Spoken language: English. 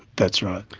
that's right.